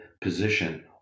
position